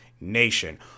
nation